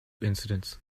incidents